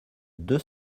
deux